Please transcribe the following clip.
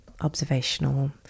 observational